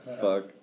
Fuck